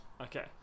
okay